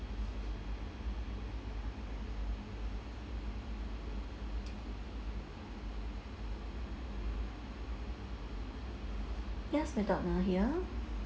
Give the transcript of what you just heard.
yes madam ng here